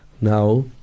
Now